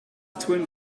twinned